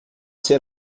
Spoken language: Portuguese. ser